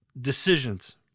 decisions